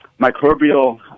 microbial